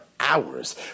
hours